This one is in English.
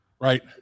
Right